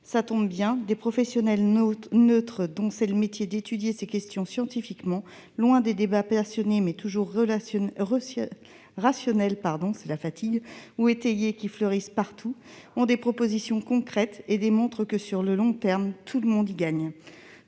Ça tombe bien, [...] des professionnels neutres, dont c'est le métier d'étudier ces questions scientifiquement, loin des débats passionnés mais pas toujours rationnels ou étayés qui fleurissent partout, ont des propositions concrètes et démontrent que sur le long terme tout le monde y gagne.